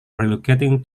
relocating